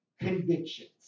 convictions